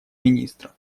министра